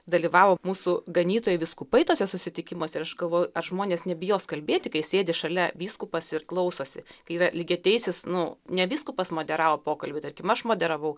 dalyvavo mūsų ganytojai vyskupai tuose susitikimuose ir aš galvojau ar žmonės nebijos kalbėti kai sėdi šalia vyskupas ir klausosi kai yra lygiateisis nu ne vyskupas moderavo pokalbį tarkim aš moderavau